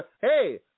hey